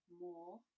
more